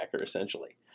essentially